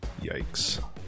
Yikes